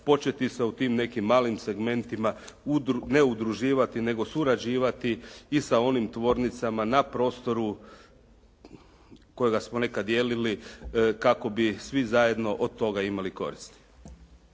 početi se u tim nekim malim segmentima, ne udruživati nego surađivati i sa onim tvornicama na prostoru kojega smo nekad dijelili kako bi svi zajedno od toga imali koristi.